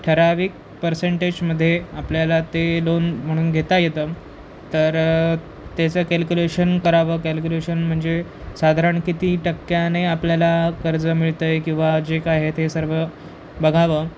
ठराविक पर्सेंटेजमध्ये आपल्याला ते लोन म्हणून घेता येतं तर त्याचं कॅल्क्युलेशन करावं कॅल्कुलेशन म्हणजे साधारण कितीही टक्क्याने आपल्याला कर्ज मिळत आहे किंवा जे काय आहे ते सर्व बघावं